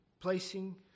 placing